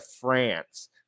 France